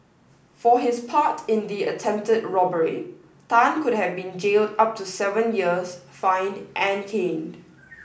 for his part in the attempted robbery Tan could have been jailed up to seven years fined and caned